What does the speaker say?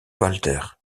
walter